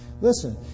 Listen